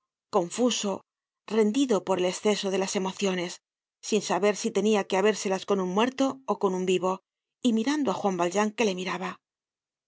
confuso rendido por el esceso de las emociones sin saber si tenia que habérselas con un muerto ó con un vivo y mirando á juan valjean que le miraba